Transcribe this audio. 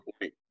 point